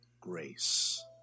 grace